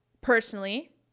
personally